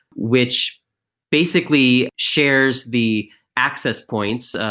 which basically shares the access points,